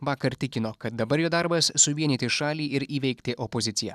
vakar tikino kad dabar jo darbas suvienyti šalį ir įveikti opoziciją